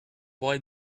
boy